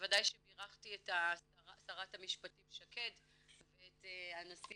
בוודאי שבירכתי את שרת המשפטים שקד ואת הנשיא